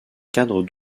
cadre